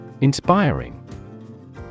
Inspiring